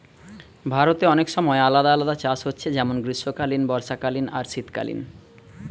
ভারতে অনেক সময় আলাদা আলাদা চাষ হচ্ছে যেমন গ্রীষ্মকালীন, বর্ষাকালীন আর শীতকালীন